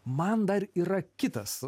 man dar yra kitas